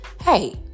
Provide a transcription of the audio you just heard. Hey